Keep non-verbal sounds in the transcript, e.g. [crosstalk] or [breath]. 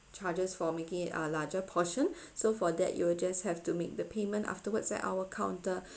charges for making it ah larger portion [breath] so for that you will just have to make the payment afterwards at our counter [breath]